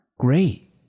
Great